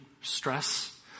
stress